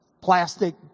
plastic